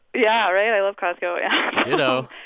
yeah, right? i love costco yeah so